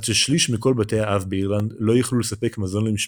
עד ששליש מכל בתי האב באירלנד לא יכלו לספק מזון למשפחתם,